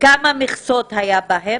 כמה מכסות היו בהן?